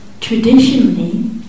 traditionally